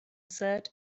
said